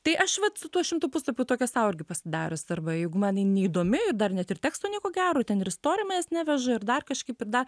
tai aš vat su tuo šimtu puslapių tokią sau irgi pasidariusi arba jeigu man jinai neįdomi ir dar net ir teksto nieko gero ten ir istorijomis neveža ir dar kažkaip ir dar